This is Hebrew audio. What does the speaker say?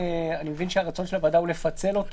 אני מבין שהרצון של הוועדה הוא לפצל אותו.